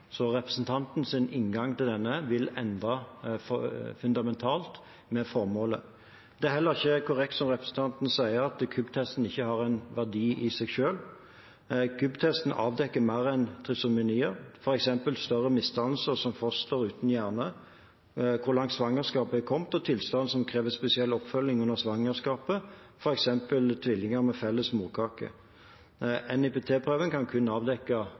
inngang til dette vil endre formålet fundamentalt. Det er heller ikke korrekt som representanten sier, at KUB-testen ikke har noen verdi i seg selv. KUB-testen avdekker mer enn trisomier, f.eks. større misdannelser som foster uten hjerne, hvor langt svangerskapet er kommet, eller tilstand som krever spesiell oppfølging under svangerskapet, f.eks. tvillinger med felles morkake. NIPT-prøven kan kun avdekke